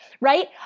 right